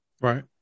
Right